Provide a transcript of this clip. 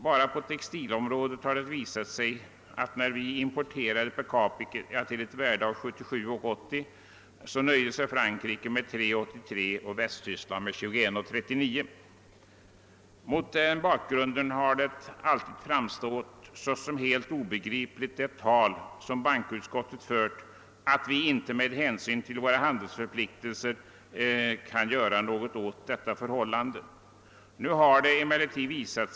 Endast på textilområdet har det visat sig att när vi per capita importerar till ett värde av 77: 80, nöjer sig Frankrike med 3:83 och Västtyskland med 21: 39. Mot denna bakgrund har det tal som bankoutskottet fört om att vi inte med hänsyn till våra handelsförpliktelser kan göra någonting åt detta förhållande framstått såsom helt obegripligt.